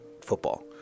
football